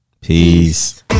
Peace